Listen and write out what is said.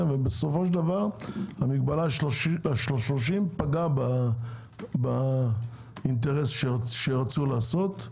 בסופו של דבר המגבלה של ה-30 פגעה באינטרס שרצו לעשות,